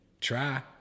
try